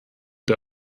der